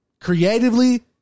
creatively